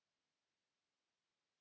Kiitos